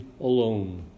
alone